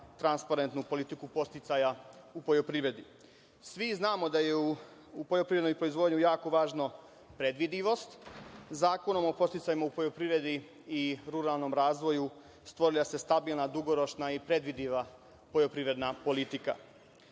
transparentnu politiku podsticaja u poljoprivredi. Svi znamo da je u poljoprivrednoj proizvodnji jako važna predvidivost. Zakonom o podsticajima u poljoprivredi i ruralnom razvoju stvara se stabilna, dugoročna i predvidiva poljoprivredna politika.Međutim,